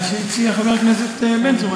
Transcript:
ההצעה שהציע חבר הכנסת בן צור.